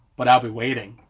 but i'll be waiting.